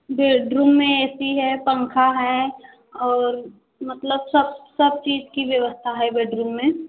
bedroom में A C है पंखा है और मतलब सब सब चीज़ की व्यवस्था है बेडरूम में